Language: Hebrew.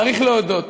צריך להודות,